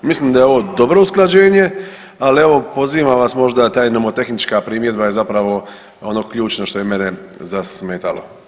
Mislim da je ovo dobro usklađenje, ali evo pozivam vas možda ta je nomotehnička primjedba je zapravo ono ključno što je mene zasmetalo.